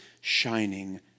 shining